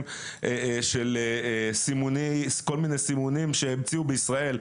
של כל מיני סימונים שהמציאו בישראל,